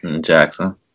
Jackson